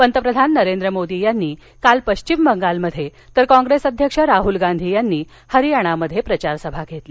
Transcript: पंतप्रधान नरेंद्र मोदी यांनी काल पश्चिम बंगालमध्ये तर काँग्रेस अध्यक्ष राहूल गांधी यांनी हरियाणामध्ये प्रचार सभा घेतल्या